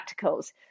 practicals